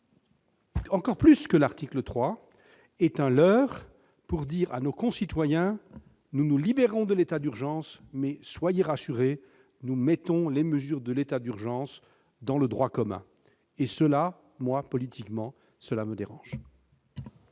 encore que l'article 3, un leurre. Il s'agit de dire à nos concitoyens : nous nous libérons de l'état d'urgence, mais, soyez rassurés, nous inscrivons les mesures de l'état d'urgence dans le droit commun. Eh bien moi, politiquement, cela me dérange